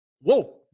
Whoa